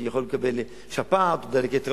כי יכולים לקבל שפעת ודלקת ריאות,